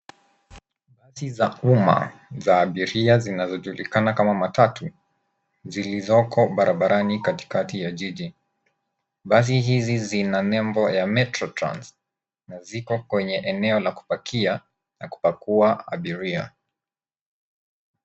Basi za umma za abiria zinazojulikana kama matatu zilizoko barabarani katikati ya jiji. Basi hizi zina nembo ya Metro Trans na ziko kwenye eneo la kupakia na kupakua abiria.